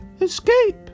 Escape